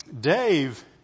Dave